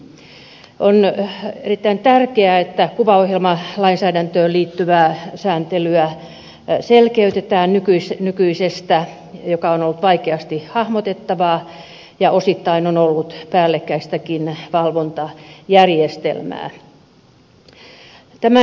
on erittäin tärkeää että kuvaohjelmalainsäädäntöön liittyvää sääntelyä selkeytetään nykyisestä sääntelystä joka on ollut vaikeasti hahmotettavaa ja osittain on ollut päällekkäistäkin valvontajärjestelmää